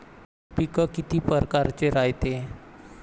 पिकं किती परकारचे रायते?